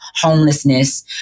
homelessness